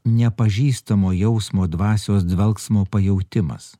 nepažįstamo jausmo dvasios dvelksmo pajautimas